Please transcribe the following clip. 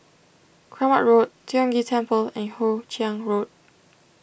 Kramat Road Tiong Ghee Temple and Hoe Chiang Road